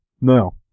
No